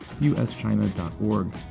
uschina.org